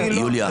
יוליה,